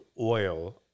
oil